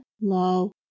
low